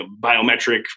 biometric